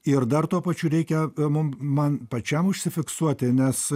ir dar tuo pačiu reikia mum man pačiam užsifiksuoti nes